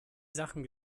sachen